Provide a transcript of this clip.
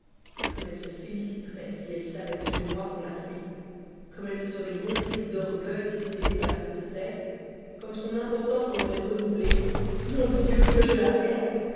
comme elle se féliciterait si elle savait que c'est moi qu'on a fui comme elle se serait gonflée d'orgueil si c'eût été par ses conseils comme son importance en aurait redoublé mon dieu que je la hais